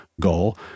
goal